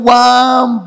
one